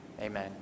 amen